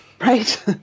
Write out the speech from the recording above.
right